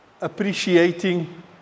appreciating